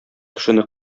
кешене